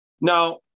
Now